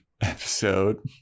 episode